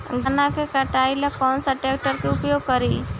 गन्ना के कटाई ला कौन सा ट्रैकटर के उपयोग करी?